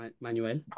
Manuel